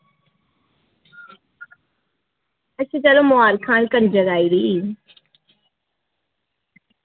आं ते फिर मबारखां न थुआढ़े घर कंजक आई दी